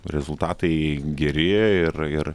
rezultatai geri ir ir